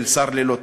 של שר ללא תיק.